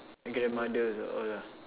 and grandmother also old lah